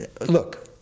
Look